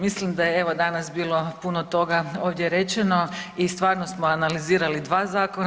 Mislim da je evo danas bilo puno toga ovdje rečeno i stvarno smo analizirali dva zakona.